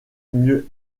mieux